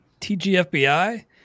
TGFBI